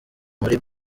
muri